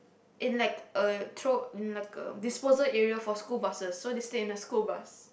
in like a throw in like a disposable area for school buses so they stayed in a school bus